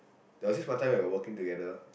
there was this one time we were working together